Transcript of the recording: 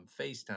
FaceTime